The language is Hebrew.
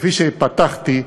כפי שפתחתי,